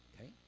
Okay